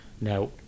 now